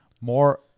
more